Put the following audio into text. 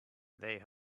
they